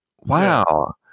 wow